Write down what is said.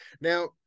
now